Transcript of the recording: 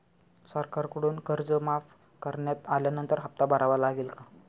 सरकारकडून कर्ज माफ करण्यात आल्यानंतर हप्ता भरावा लागेल का?